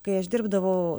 kai aš dirbdavau